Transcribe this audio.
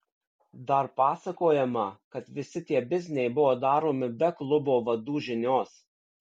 dar pasakojama kad visi tie bizniai buvo daromi be klubo vadų žinios